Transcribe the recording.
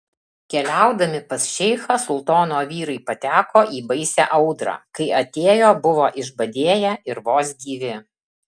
keliaudami pas šeichą sultono vyrai pateko į baisią audrą kai atėjo buvo išbadėję ir vos gyvi